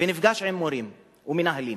ונפגש עם מורים ומנהלים